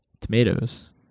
tomatoes